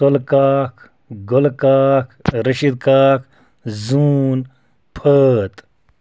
سُلہٕ کاک گُلہٕ کاک رشیٖد کاک زوٗن فٲط